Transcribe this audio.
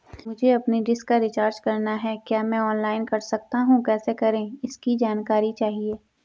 मुझे अपनी डिश का रिचार्ज करना है क्या मैं ऑनलाइन कर सकता हूँ कैसे करें इसकी जानकारी चाहिए?